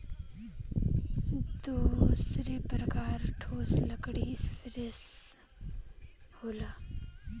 दूसर प्रकार ठोस लकड़ी एंजियोस्पर्म होला